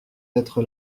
être